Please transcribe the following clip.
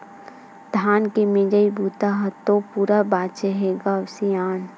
धान के मिजई बूता ह तो पूरा बाचे हे ग सियान